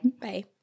Bye